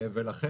ולכן